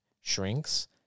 shrinks